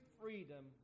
freedom